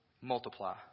multiply